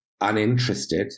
uninterested